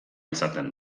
izaten